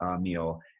meal